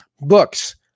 Books